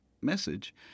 message